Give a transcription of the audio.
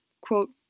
quote